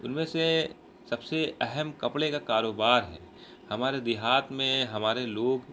ان میں سے سب سے اہم کپڑے کا کاروبار ہے ہمارے دیہات میں ہمارے لوگ